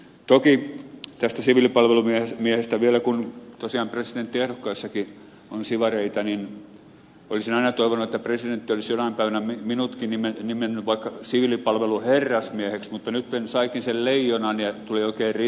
toki tästä siviilipalvelusmiehestä vielä kun tosiaan presidenttiehdokkaissakin on sivareita niin olisin aina toivonut että presidentti olisi jonain päivänä minutkin nimennyt vaikka siviilipalvelusherrasmieheksi mutta nyt sainkin sen leijonan ja tulin oikein ritariksi